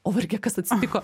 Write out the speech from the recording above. o varge kas atsitiko